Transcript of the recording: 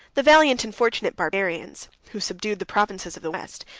the valiant and fortunate barbarians, who subdued the provinces of the west,